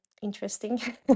interesting